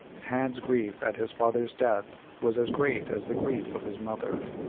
tad's grief at his father's death was as great as the grief of his mother,